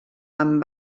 amb